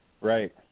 Right